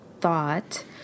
thought